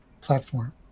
platform